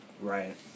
Right